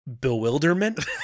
Bewilderment